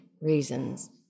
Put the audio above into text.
reasons